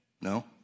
No